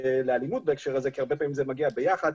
ולאלימות בהקשר הזה, כי הרבה פעמים זה מגיע ביחד,